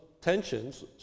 tensions